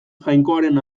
jainkoaren